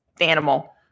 animal